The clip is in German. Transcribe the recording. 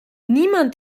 niemand